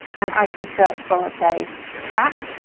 and i can search for, let's say, cat.